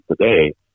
today